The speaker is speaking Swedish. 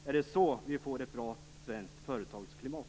Är det så vi får ett bra svenskt företagsklimat?